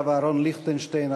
הרב אהרן ליכטנשטיין,